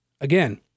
Again